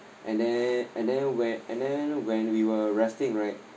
and then and then when and then when we were resting right